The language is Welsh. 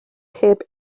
heb